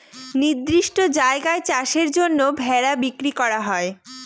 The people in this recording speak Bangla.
নির্দিষ্ট জায়গায় চাষের জন্য ভেড়া বিক্রি করা হয়